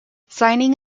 signing